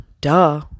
duh